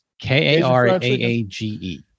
K-A-R-A-A-G-E